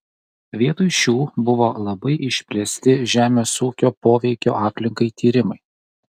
vietoj šių buvo labai išplėsti žemės ūkio poveikio aplinkai tyrimai